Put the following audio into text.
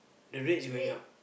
the rate's going up